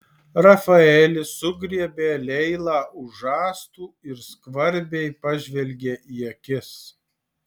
rafaelis sugriebė leilą už žastų ir skvarbiai pažvelgė į akis